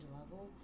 level